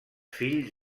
fills